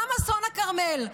גם אסון הכרמל,